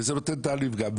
זה נותן טעם לפגם.